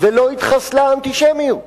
ולא התחסלה האנטישמיות,